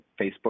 Facebook